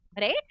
right